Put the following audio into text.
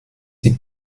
die